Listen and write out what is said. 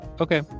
Okay